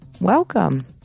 Welcome